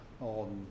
on